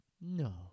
No